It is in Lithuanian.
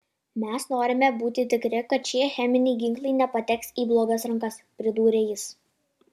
mes norime būti tikri kad šie cheminiai ginklai nepateks į blogas rankas pridūrė jis